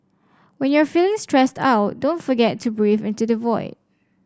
when you are feeling stressed out don't forget to breathe into the void